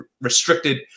restricted